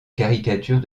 caricature